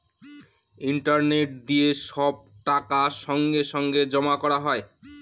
internet দিয়ে সব টাকা সঙ্গে সঙ্গে জমা করা হয়